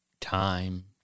Time